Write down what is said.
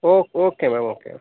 O okay ma'am okay ma'am